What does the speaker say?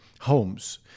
homes